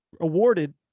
awarded